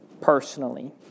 personally